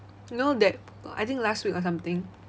you know that I think last week or something